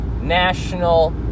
national